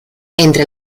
entre